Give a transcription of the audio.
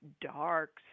dark